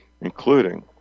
including